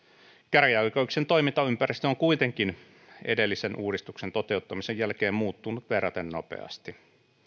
käräjäoikeuksien toimintaympäristö on kuitenkin edellisen uudistuksen toteuttamisen jälkeen muuttunut verraten nopeasti